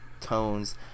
tones